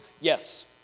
Yes